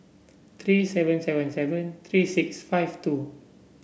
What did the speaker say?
three seven seven seven three six five two